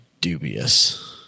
dubious